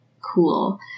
cool